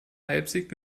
leipzig